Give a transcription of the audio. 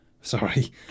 Sorry